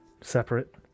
separate